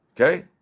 Okay